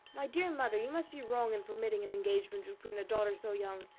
my dear mother, you must be wrong in permitting an engagement between a daughter so young,